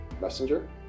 Messenger